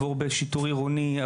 שיטור עירוני,